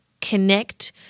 connect